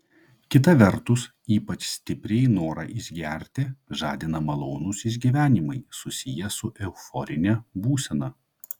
kita vertus ypač stipriai norą išgerti žadina malonūs išgyvenimai susiję su euforine būsena